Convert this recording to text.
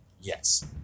Yes